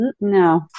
no